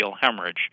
hemorrhage